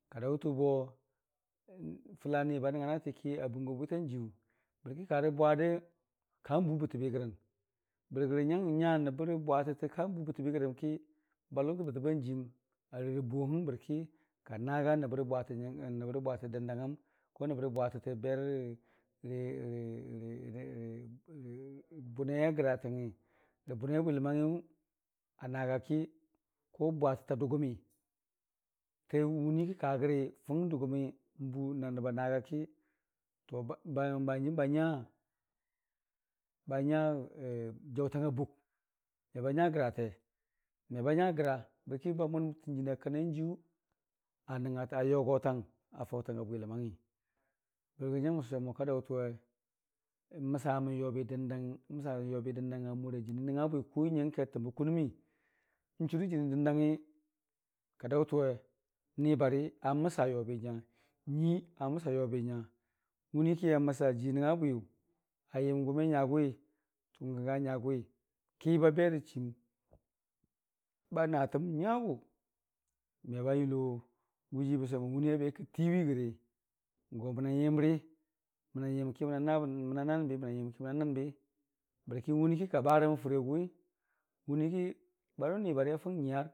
karaitʊ bo fəla niba nəngng naati nəngnga naatiki a bungo bwitan jiiyu bərki karə bwardə ka n'wwu bətəbigrən, bəri gərə nyang n'nya na'bba’ ra’ bwatətə ka n'bu bətəbi grənki ba ləb tə bətaban jiim bərarə buwong ngang bərki ka naaga nəbbərə bwatə dandangngəm, nəbbə rə bwatətə bəra- rə-rə bʊndi a gratangngi, bərə bʊnai a bwi ləmangngi a naagaki bwatə ta dʊgʊmi tə n'wunii ka gəri fʊng dʊgʊmi na nəb a naaga ki bahanjiim banya a jaʊtang a buk meba nya grate, meba nya agra, bərki ba mwannən jɨna kananjiiy bəra yogotang afaʊtang a bwi ləmangngi bərigərə nyang mən sʊwe mo ka daʊtənwe n'masamən yobi də ndang amura jənii nəngnga bwi kʊ nyəngka təmbə kʊnɨmii n'churə janii dəndangngi ka daʊtənwe ni bari aməsa yobi nya, nyuii a məsa yobi nya, wumiki aməsa jii nəngnga bwiyʊ ayəm gʊ me nyagʊwi tə gʊ nyagʊwi nibabe rə chiim ba naatəm nyagʊ me ba yəlo gujiiwu n’ tiiwii gəri go mənan yəmri mənən yəmki na n'naai, be bərki n'wunii ki ka baraman furii a gʊwi wuniiki banʊ nibari afʊng n'nyiyar.